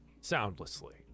soundlessly